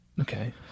Okay